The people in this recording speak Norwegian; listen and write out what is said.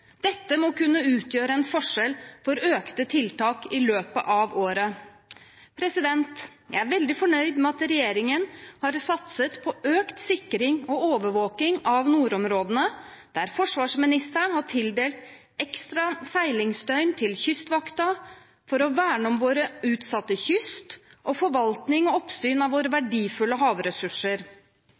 Dette må kunne utgjøre en forskjell for økte tiltak i løpet av året. Jeg er veldig fornøyd med at regjeringen har satset på økt sikring og overvåking av nordområdene, der forsvarsministeren har tildelt ekstra seilingsdøgn til Kystvakten for å verne om vår utsatte kyst og forvaltning og oppsyn av våre verdifulle havressurser.